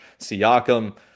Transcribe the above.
siakam